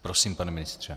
Prosím, pane ministře.